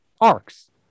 arcs